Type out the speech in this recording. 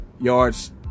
yards